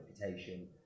reputation